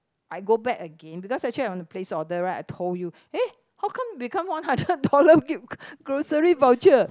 I go back again because actually I want to place order right I told you eh how come become one hundred dollar g~ grocery voucher